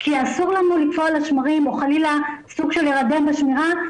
כי אסור לנו לקפוא על השמרים או חלילה סוג של להירדם בשמירה,